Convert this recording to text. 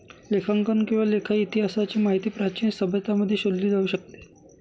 लेखांकन किंवा लेखा इतिहासाची माहिती प्राचीन सभ्यतांमध्ये शोधली जाऊ शकते